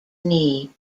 knee